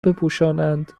بپوشانند